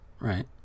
Right